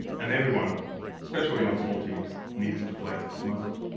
and everyone specially on small teams needs to flex his muscle